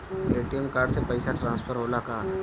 ATM card से पैसा transfer होला का?